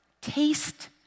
taste